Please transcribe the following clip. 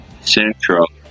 Central